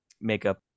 makeup